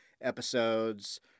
episodes